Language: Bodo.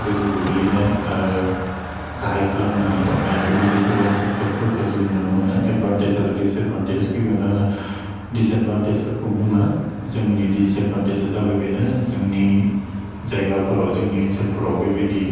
गोजौ गोग्लैनाय आरो गाहाइ खालामनानै थानाय बेबायदि गोबां सेक्टरफोरखौ जों नुनो मोनो एदभानटेज आरो दिसएदभान्टेज गिबियावनो आङो दिसएदभान्टेजफोरखौ बुङो जोंनि दिसएदभान्टेजा जाबाय बेनो जोंनि जायगाफोराव जोंनि ओनसोलफोराव बेबायदि